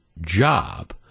job